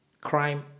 crime